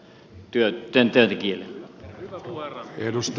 arvoisa herra puhemies